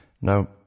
Now